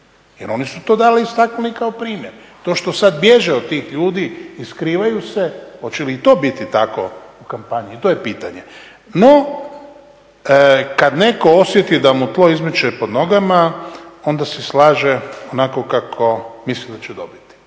Jer oni su to dali i istaknuli kao primjer. To što sad bježe od tih ljudi i skrivaju se hoće li to biti tako u kampanji, to je pitanje. No, kad netko osjeti da mu tlo izmiče pod nogama onda si slaže onako kako misli da će dobiti.